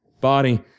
body